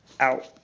Out